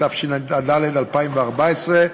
התשע"ד 2014,